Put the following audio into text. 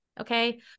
Okay